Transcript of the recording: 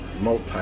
multi